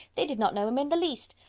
they did not know him in the least.